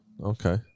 Okay